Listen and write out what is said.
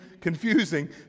confusing